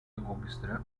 orchestra